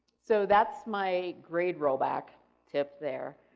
so, that's my grade rollback tip there.